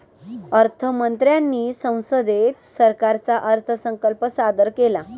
अर्थ मंत्र्यांनी संसदेत सरकारचा अर्थसंकल्प सादर केला